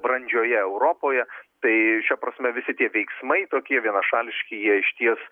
brandžioje europoje tai šia prasme visi tie veiksmai tokie vienašališki jie išties